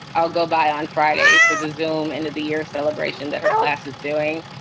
i'll go by on friday for the zoom into the year celebration that her class is doing.